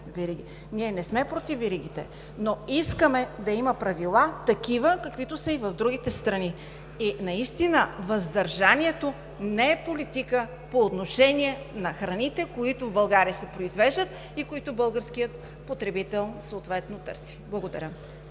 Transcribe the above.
Ние не сме против веригите, но искаме да има правила – такива, каквито са и в другите страни. Въздържанието не е политика по отношение на храните, които се произвеждат в България и които българският потребител съответно търси. Благодаря.